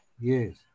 Yes